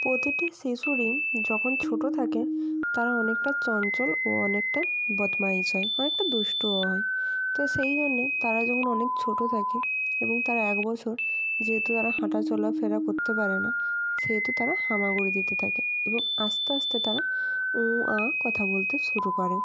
প্রতিটি শিশুরই যখন ছোটো থাকে তারা অনেকটা চঞ্চল ও অনেকটা বদমাইস হয় অনেকটা দুস্টুও হয় তো সেই জন্যে তারা যখন অনেক ছোটো থাকে এবং তার এক বছর যেহেতু তারা হাঁটা চলাফেরা করতে পারে না সেহেতু তারা হামাগুড়ি দিতে থাকে এবং আস্তে আস্তে তারা উঁ আঁ কথা বলতে শুরু করে